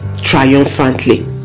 triumphantly